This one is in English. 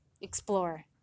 explore